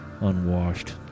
unwashed